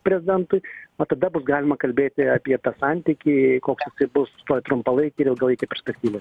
prezidentui va tada bus galima kalbėti apie tą santykį koks jisai bus toj trumpalaikėj ir ilgalaikėj perspektyvoj